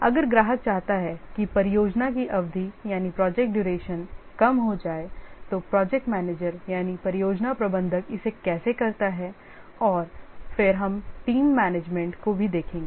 अगर ग्राहक चाहता है कि परियोजना की अवधि यानी कम हो जाए तो परियोजना प्रबंधक इसे कैसे करता है और फिर हम टीम प्रबंधन को देखते हैं